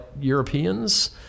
Europeans